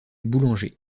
boulanger